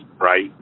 right